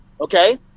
okay